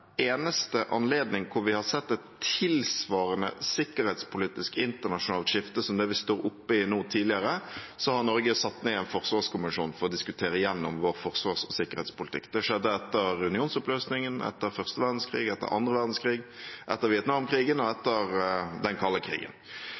eneste anledning vi har sett tilsvarende sikkerhetspolitisk internasjonalt skifte som det vi står oppe i nå, tidligere, har Norge satt ned en forsvarskommisjon for å diskutere igjennom vår forsvars- og sikkerhetspolitikk. Det skjedde etter unionsoppløsningen, etter første verdenskrig, etter andre verdenskrig, etter Vietnamkrigen og